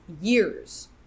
years